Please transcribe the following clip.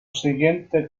siguiente